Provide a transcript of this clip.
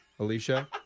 Alicia